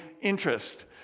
interest